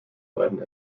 beiden